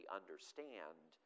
understand